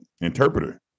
interpreter